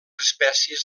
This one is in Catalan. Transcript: espècies